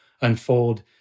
unfold